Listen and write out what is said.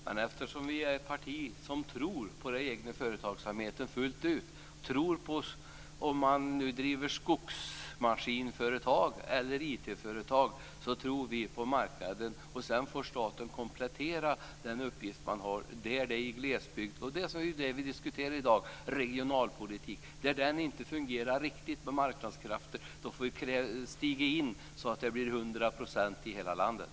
Fru talman! Folkpartiet är ett parti som fullt ut tror på den egna företagsamheten. Oavsett om det handlar om att driva ett skogsmaskinsföretag eller om det handlar om att driva ett IT-företag tror vi på marknaden. Sedan får staten komplettera i glesbygden. Det gäller alltså vad vi i dag diskuterar, regionalpolitiken. Där det inte riktigt fungerar med marknadskrafterna gäller det att gå in så att det blir fråga om 100 % i hela landet.